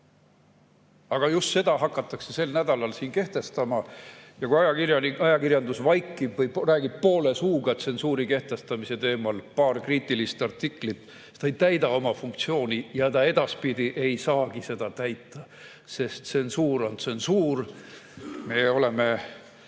Aga just seda hakatakse sel nädalal siin kehtestama. Kui ajakirjandus vaikib või räägib poole suuga tsensuuri kehtestamise teemal, [kirjutab] paar kriitilist artiklit, siis ta ei täida oma funktsiooni ja ta edaspidi ei saagi seda täita. Sest tsensuur on tsensuur. Meie,